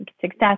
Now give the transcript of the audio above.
success